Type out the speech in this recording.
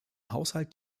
haushalt